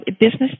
business